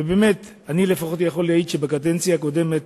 ובאמת, אני לפחות יכול להעיד שבקדנציה הקודמת